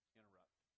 interrupt